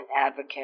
advocate